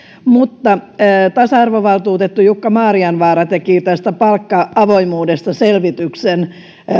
tasa arvovaltuutettu jukka maarianvaara teki tästä palkka avoimuudesta selvityksen